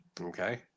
Okay